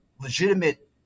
legitimate